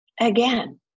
Again